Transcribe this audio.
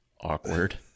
Awkward